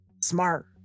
smart